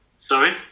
sorry